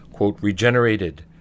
...regenerated